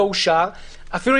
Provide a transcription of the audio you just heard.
אוסאמה,